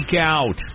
out